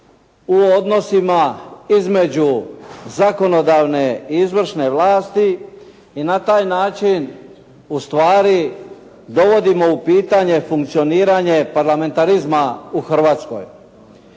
u odnosima između zakonodavne i izvršne vlasti i na taj način ustvari dovodimo u pitanje funkcioniranje parlamentarizma u Hrvatskoj.